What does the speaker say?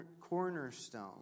cornerstone